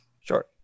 Sure